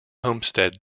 homestead